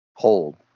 Hold